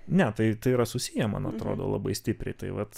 ne tai tai yra susiję man atrodo labai stipriai tai vat